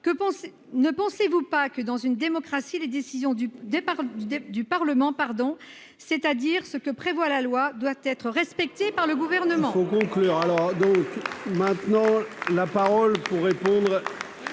ne pensez-vous pas que dans une démocratie, les décisions du départ du du Parlement, pardon, c'est-à-dire ce que prévoit la loi doit être respectée par le gouvernement.